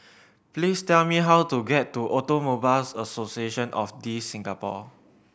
please tell me how to get to Automobile Association of The Singapore